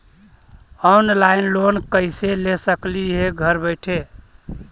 Online loan कैसे ले सकली हे घर बैठे?